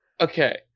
Okay